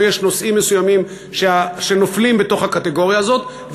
או יש נושאים מסוימים שנופלים בתוך הקטגוריה הזאת,